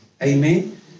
Amen